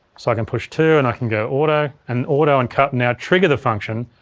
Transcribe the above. so i can push two and i can go auto, and auto and cut now trigger the function,